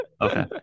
Okay